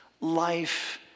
life